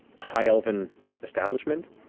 high-elven establishment,